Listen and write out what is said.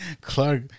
Clark